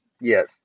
Yes